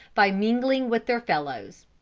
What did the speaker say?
by mingling with their fellows,